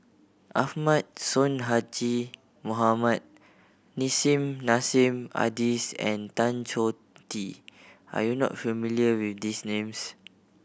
Ahmad Sonhadji Mohamad Nissim Nassim Adis and Tan Choh Tee are you not familiar with these names